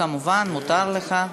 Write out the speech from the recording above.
כמובן, מותר לך.